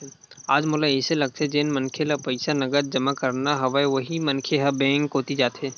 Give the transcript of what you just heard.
आज मोला अइसे लगथे जेन मनखे ल पईसा नगद जमा करना हवय उही मनखे ह बेंक कोती जाथे